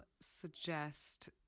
suggest